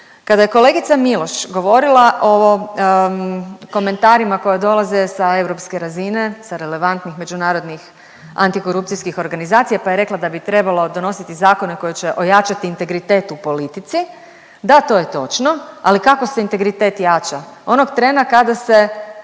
Kada je kolegica Miloš govorila o komentarima koji dolaze sa europske razine, sa relevantnih međunarodnih antikorupcijskih organizacija, pa je rekla da bi trebalo donositi zakone koji će ojačati integritet u politici. Da, to je točno, ali kako se integritet jača? Onog trena kada se